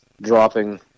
dropping –